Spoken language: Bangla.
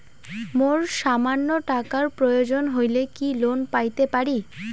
মোর সামান্য টাকার প্রয়োজন হইলে কি লোন পাইতে পারি?